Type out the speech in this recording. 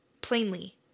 plainly